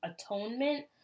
atonement